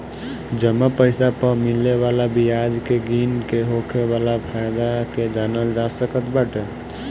जमा पईसा पअ मिले वाला बियाज के गिन के होखे वाला फायदा के जानल जा सकत बाटे